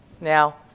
Now